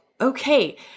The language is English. okay